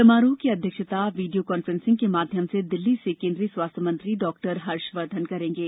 समारोह की अध्यक्षता वीडियो कान्फ्रेंसिंग के माध्यम से दिल्ली से केन्द्रीय स्वास्थ्य मंत्री डॉ हर्षवर्धन करेंगे